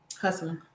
Hustle